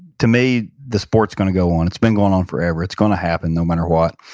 to me the sport's going to go on. it's been going on forever. it's going to happen, no matter what.